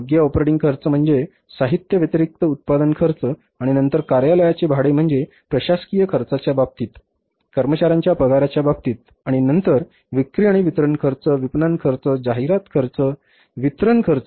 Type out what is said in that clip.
योग्य ऑपरेटिंग खर्च म्हणजे साहित्य व्यतिरिक्त उत्पादन खर्च आणि नंतर कार्यालयाचे भाडे म्हणजेच प्रशासकीय खर्चाच्या बाबतीत कर्मचार्यांच्या पगाराच्या बाबतीत आणि नंतर विक्री आणि वितरण खर्च विपणन खर्च जाहिरात खर्च वितरण खर्च